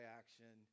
action